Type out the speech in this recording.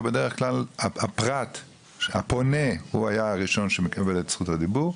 אבל בדרך כלל הפרט הפונה הוא היה הראשון שמקבל את זכות הדיבור,